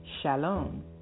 shalom